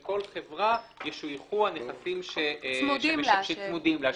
לכל חברה ישויכו הנכסים שצמודים לה,